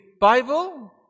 Bible